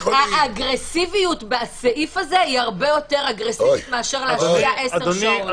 השימוש בסעיף הזה נעשה במשורה,